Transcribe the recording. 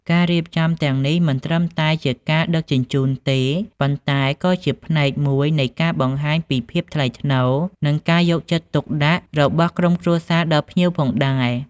ការរៀបចំទាំងនេះមិនត្រឹមតែជាការដឹកជញ្ជូនទេ ប៉ុន្តែក៏ជាផ្នែកមួយនៃការបង្ហាញពីភាពថ្លៃថ្នូរ និងការយកចិត្តទុកដាក់របស់ក្រុមគ្រួសារដល់ភ្ញៀវផងដែរ។